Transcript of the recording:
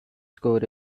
score